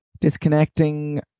disconnecting